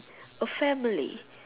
a family